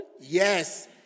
Yes